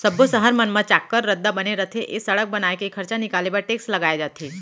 सब्बो सहर मन म चाक्कर रद्दा बने रथे ए सड़क बनाए के खरचा निकाले बर टेक्स लगाए जाथे